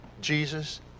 Jesus